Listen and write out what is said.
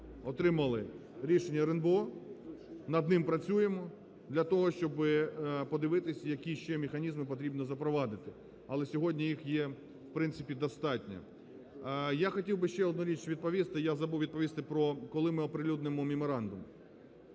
отримали рішення РНБО, над ним працюємо для того, щоби подивитись, які ще механізми потрібно запровадити. Але сьогодні їх є в принципі достатньо. Я хотів би ще одну річ відповісти. Я забув відповісти, коли ми оприлюднемо меморандум.